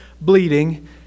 bleeding